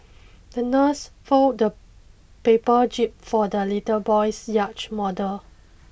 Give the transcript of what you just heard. the nurse folded a paper jib for the little boy's yacht model